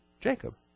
Jacob